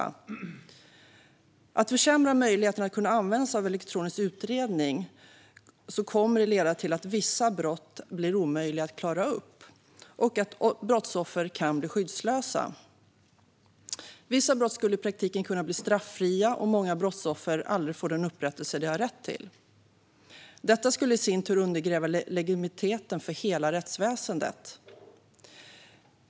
Om man försämrar möjligheten att använda sig av elektronisk utredning kommer det att leda till att vissa brott blir omöjliga att klara upp och att brottsoffer kan bli skyddslösa. Vissa brott skulle i praktiken kunna bli straffria, och många brottsoffer skulle aldrig få den upprättelse de har rätt till. Detta skulle i sin tur undergräva legitimiteten för hela rättsväsendet.